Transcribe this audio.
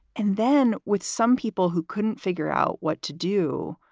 and then with some people who couldn't figure out what to do,